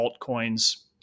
altcoins